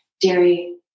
dairy